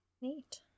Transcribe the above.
Neat